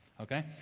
okay